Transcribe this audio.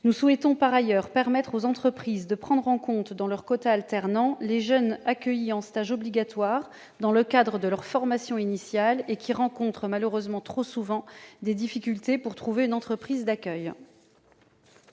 nous souhaitons permettre aux entreprises de prendre en compte dans leur quota d'alternants les jeunes accueillis en stage obligatoire dans le cadre de leur formation initiale et qui, malheureusement, se heurtent trop souvent à des difficultés pour trouver une entreprise d'accueil.